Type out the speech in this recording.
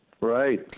Right